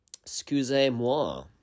Excusez-moi